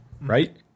right